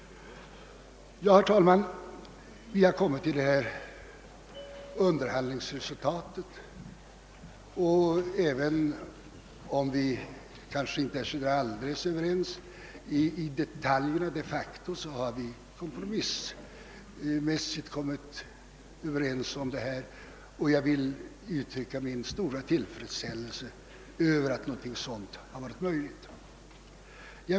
Herr talman! Vi har alltså kommit fram till föreliggande underhandlingsresultat. även om vi kanske inte de facto är så helt överens i detaljerna, har vi kompromissmässigt kommit överens. Jag vill uttrycka min stora tillfredsställelse över att något sådant varit möjligt.